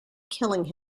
killing